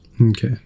okay